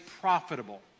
profitable